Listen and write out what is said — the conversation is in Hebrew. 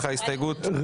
ההסתייגות לא התקבלה.